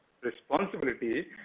responsibility